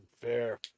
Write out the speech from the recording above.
fair